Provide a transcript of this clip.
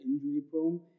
injury-prone